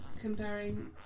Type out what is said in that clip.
comparing